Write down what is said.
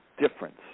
difference